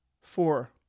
Four